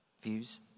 Views